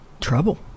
Trouble